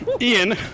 Ian